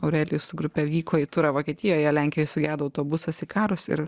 aurelijus su grupe vyko į turą vokietijoje lenkijoj sugedo autobusas ikarus ir